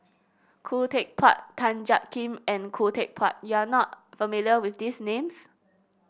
Khoo Teck Puat Tan Jiak Kim and Khoo Teck Puat you are not familiar with these names